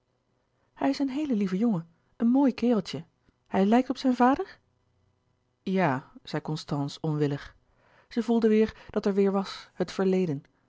hij is een heel lieve jongen een mooi kereltje hij lijkt op zijn vader ja zei constance onwillig zij voelde weêr dat er weêr was het verleden